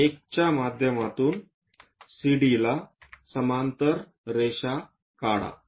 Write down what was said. तर 1 च्या माध्यमातून CD ला समांतर रेषा काढा